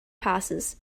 passes